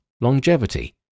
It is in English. longevity